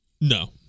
No